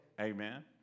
Amen